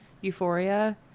Euphoria